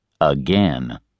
Again